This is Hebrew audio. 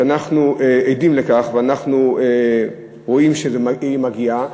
שאנחנו עדים לכך ואנחנו רואים שהיא מגיעה,